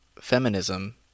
feminism